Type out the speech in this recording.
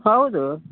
ಹೌದು